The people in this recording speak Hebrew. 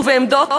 ירשת?